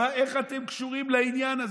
איך אתם קשורים לעניין הזה?